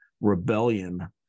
rebellion